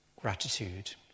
gratitude